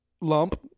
lump